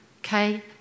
Okay